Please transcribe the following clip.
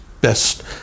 best